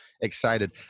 excited